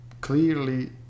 clearly